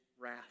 wrath